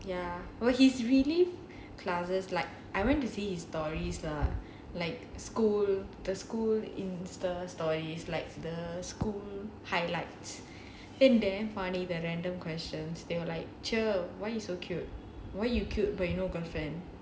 ya well he's really classes like I went to see his stories lah like school the school Insta stories like the school highlights and damn funny the random questions they will like teacher why you so cute why you cute but you no girlfriend